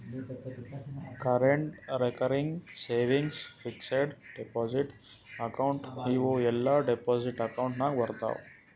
current, recurring, savings, fixed deposit account ಇವೂ ಎಲ್ಲಾ deposit account ನಾಗ್ ಬರ್ತಾವ್